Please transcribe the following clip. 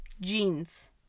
jeans